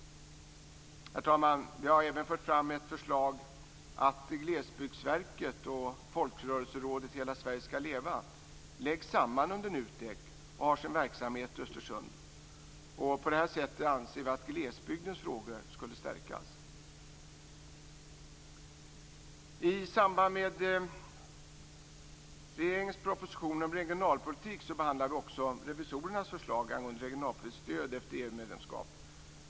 Herr talman! Vi har även fört fram ett förslag om att Glesbygdsverket och Folkrörelserådet Hela Sverige skall leva läggs samman under NUTEK och har sin verksamhet i Östersund. På detta sätt anser vi att glesbygdens frågor skulle stärkas. I samband med regeringens proposition om regionalpolitik behandlar vi även revisorernas förslag angående regionalpolitiskt stöd efter EU-medlemskapet.